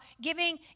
giving